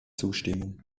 zustimmung